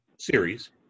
series